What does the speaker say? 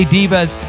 Diva's